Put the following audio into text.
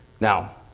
Now